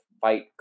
fight